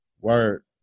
word